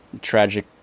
tragic